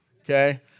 okay